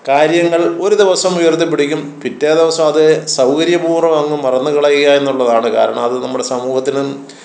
കാര്യങ്ങൾ ഒരു ദിവസം ഉയർത്തിപ്പിടിക്കും പിറ്റേ ദിവസം അത് സൗകര്യപൂർവ്വം അങ്ങ് മറന്ന് കളയുക എന്നുള്ളതാണ് കാരണം അത് നമ്മുടെ സമൂഹത്തിനും